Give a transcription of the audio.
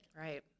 right